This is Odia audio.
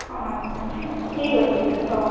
ଆଚ୍ଛା ଠିକ୍ ଅଛି ତେବେ ହଉ